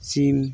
ᱥᱤᱢ